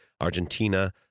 Argentina